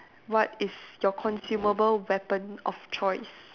what is your consumable weapon of choice